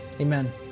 Amen